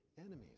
enemies